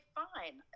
fine